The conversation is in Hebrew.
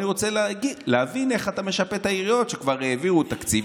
אני רוצה להבין איך אתה משפה את העיריות שכבר העבירו תקציב.